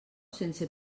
sense